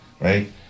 right